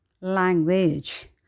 language